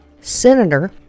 Senator